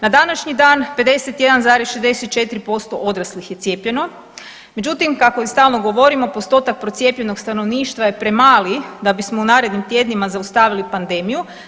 Na današnji dan 51,64% odraslih je cijepljeno međutim kako i stalno govorimo postotak procijepljenog stanovništva je premali da bismo u narednim tjednima zaustavili pandemiju.